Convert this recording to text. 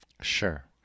Sure